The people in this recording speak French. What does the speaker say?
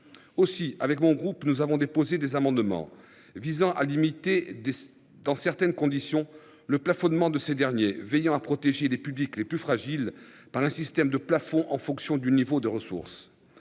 Aussi avec mon groupe nous avons déposé des amendements visant à limiter. Dans certaines conditions le plafonnement de ces derniers, veillant à protéger des publics les plus fragiles, par un système de plafond en fonction du niveau de ressources